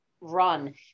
run